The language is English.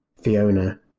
Fiona